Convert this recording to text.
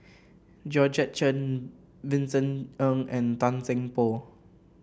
Georgette Chen Vincent Ng and Tan Seng Poh